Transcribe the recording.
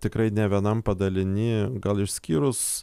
tikrai ne vienam padaliny gal išskyrus